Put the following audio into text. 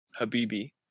habibi